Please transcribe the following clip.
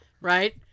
Right